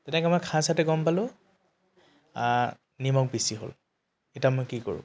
তেনেকৈ মই খাই চাওঁতে গম পালো নিমখ বেছি হ'ল এতিয়া মই কি কৰোঁ